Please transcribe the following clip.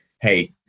hey